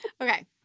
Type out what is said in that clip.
Okay